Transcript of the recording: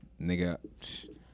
nigga